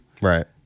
Right